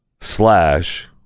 Slash